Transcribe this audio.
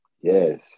Yes